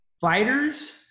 Fighters